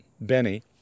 Benny